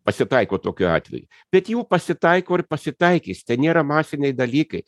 pasitaiko tokių atvejų bet jų pasitaiko ir pasitaikys ten nėra masiniai dalykai